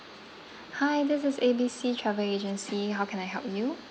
hi this is A B C travel agency how can I help you